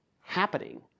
happening